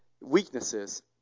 weaknesses